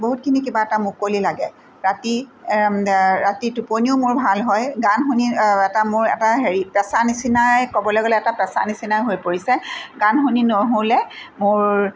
বহুতখিনি কিবা এটা মুকলি লাগে ৰাতি ৰাতি টোপনিও মোৰ ভাল হয় গান শুনি এটা মোৰ এটা হেৰি পেচা নিচিনাই ক'বলৈ গ'লে এটা পেচা নিচিনাই হৈ পৰিছে গান শুনি নুশুলে মোৰ